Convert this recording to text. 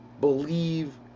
believe